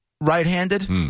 right-handed